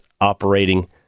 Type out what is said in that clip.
operating